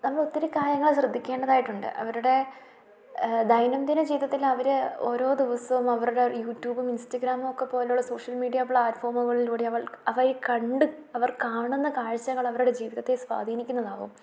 നമ്മൾ ഒത്തിരി കാര്യങ്ങൾ ശ്രദ്ധിക്കേണ്ടതായിട്ടുണ്ട് അവരുടെ ദൈനംദിന ജീവിതത്തിൽ അവർ ഓരോ ദിവസവും അവരുടെ യൂട്യൂബും ഇൻസ്റ്റാഗ്രാമുമൊക്കെ പോലുള്ള സോഷ്യൽ മീഡിയ പ്ലാറ്റ്ഫോമുകളിലൂടെ അവൾ അവർ കണ്ട് അവർ കാണുന്ന കാഴ്ചകൾ അവരുടെ ജീവിതത്തെ സ്വാധീനിക്കുന്നതാവും